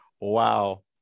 Wow